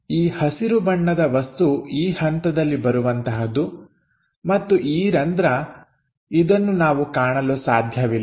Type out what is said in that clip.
ಈ ಹಸಿರು ಬಣ್ಣದ ವಸ್ತು ಈ ಹಂತದಲ್ಲಿ ಬರುವಂತಹುದು ಮತ್ತು ಈ ರಂಧ್ರ ಇದನ್ನು ನಾವು ಕಾಣಲು ಸಾಧ್ಯವಿಲ್ಲ